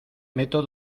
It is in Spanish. meto